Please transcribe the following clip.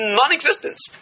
non-existence